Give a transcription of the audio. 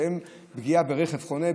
שהן פגיעה ברכב חונה,